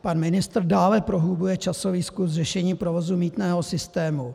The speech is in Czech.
Pan ministr dále prohlubuje časový skluz řešení provozu mýtného systému.